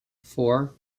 four